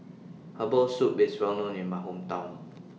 Herbal Soup IS Well known in My Hometown